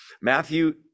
Matthew